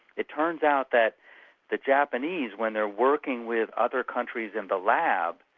it turns out that the japanese, when they're working with other countries in the lab,